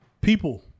people